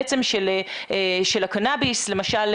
של הקנאביס למשל,